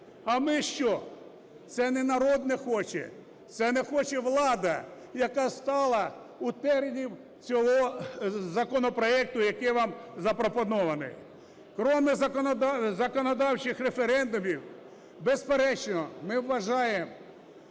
А ми що? Це не народ не хоче, це не хоче влада, яка стала у теренів цього законопроекту, який вам запропонований. Крім законодавчих референдумів, безперечно, ми вважаємо